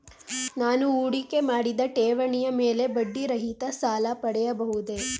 ನಾನು ಹೂಡಿಕೆ ಮಾಡಿದ ಠೇವಣಿಯ ಮೇಲೆ ಬಡ್ಡಿ ರಹಿತ ಸಾಲ ಪಡೆಯಬಹುದೇ?